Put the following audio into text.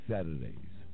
Saturdays